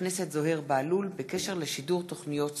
הכנסת זוהיר בהלול בנושא שידור תוכניות ספורט.